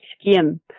skin